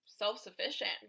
self-sufficient